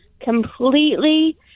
completely